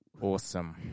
Awesome